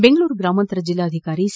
ಬೆಂಗಳೂರು ಗ್ರಾಮಾಂತರ ಜಿಲ್ಲಾಧಿಕಾರಿ ಸಿ